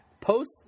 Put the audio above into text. Post